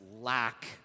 lack